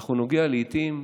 אך הוא נוגע לעיתים,